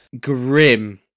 Grim